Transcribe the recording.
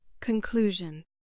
Conclusion